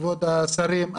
כבוד השרים.